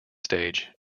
stage